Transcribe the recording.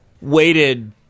waited